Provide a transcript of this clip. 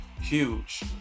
Huge